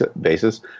basis